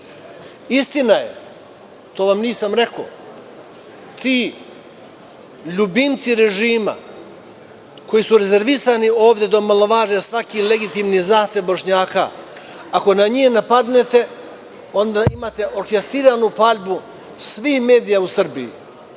Istina je, to vam nisam rekao, ljubimci režima koji su rezervisani ovde da omalovaže svaki legitimni zahtev Bošnjaka, ako njih napadnete, onda imate orkestriranu paljbu svih medija u Srbiji.